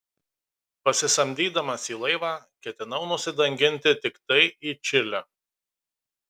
pasisamdydamas į laivą ketinau nusidanginti tiktai į čilę